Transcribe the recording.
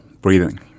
breathing